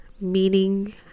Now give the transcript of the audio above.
meaning